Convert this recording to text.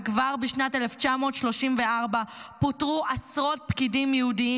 וכבר בשנת 1934 פוטרו עשרות פקידים יהודים